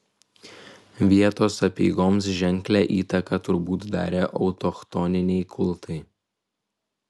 vietos apeigoms ženklią įtaką turbūt darė autochtoniniai kultai